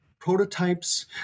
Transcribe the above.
prototypes